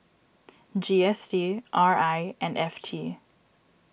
G S T R I and F T